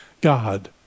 God